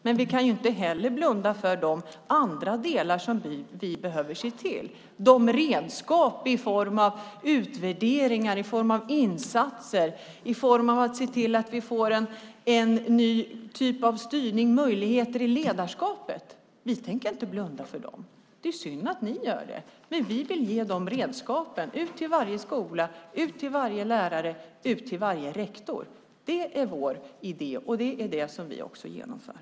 Men vi kan inte heller blunda för de andra delar som vi behöver se till: redskap i form av utvärderingar, insatser och en ny typ av styrning och möjligheter i ledarskapet. Vi tänker inte blunda för dem. Det är synd att ni gör det. Vi vill ge de redskapen till varje skola, varje lärare och varje rektor. Det är vår idé, och det är det som vi också genomför.